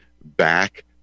back